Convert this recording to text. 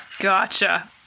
Gotcha